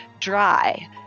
dry